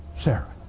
Sarah